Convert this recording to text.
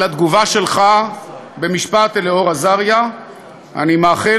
על התגובה שלך במשפט אלאור אזריה אני מאחל